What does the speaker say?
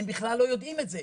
הם בכלל לא יודעים את זה.